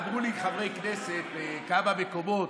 אמרו לי חברי כנסת בכמה מקומות,